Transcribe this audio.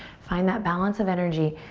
find that balance of energy.